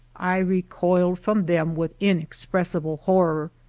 i recoiled from them with inex pressible horror.